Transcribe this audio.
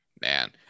Man